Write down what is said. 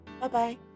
Bye-bye